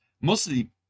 mostly